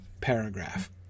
paragraph